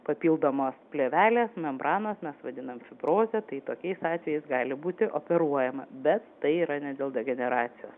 papildomos plėvelės membranos mes vadinam fibrozę tai tokiais atvejais gali būti operuojama bet tai yra ne dėl degeneracijos